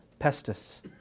pestis